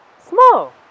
Small